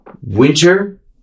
Winter